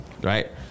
Right